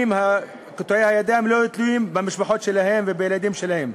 שקטועי הידיים לא יהיו תלויים במשפחות שלהם ובילדים שלהם.